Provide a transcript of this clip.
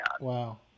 Wow